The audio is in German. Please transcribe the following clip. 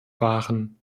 waren